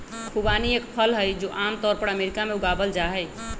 खुबानी एक फल हई, जो आम तौर पर अमेरिका में उगावल जाहई